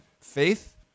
Faith